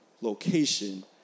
location